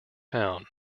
town